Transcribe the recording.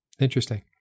interesting